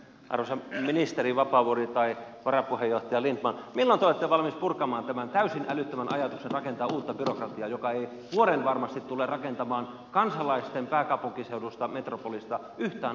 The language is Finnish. arvoisa ministeri vapaavuori tai varapuheenjohtaja lindtman milloin te olette valmis purkamaan tämän täysin älyttömän ajatuksen rakentaa uutta byrokratiaa joka ei vuorenvarmasti tule rakentamaan kansalaisten pääkaupunkiseudusta metropolista yhtään onnellisempaa kuin tänä päivänä